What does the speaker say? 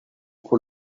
pour